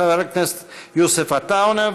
חבר הכנסת יוסף עטאונה,